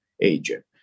agent